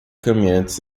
caminhantes